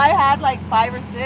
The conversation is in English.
had like five or six,